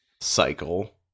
cycle